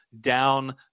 down